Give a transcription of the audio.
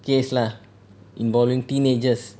case lah involving teenagers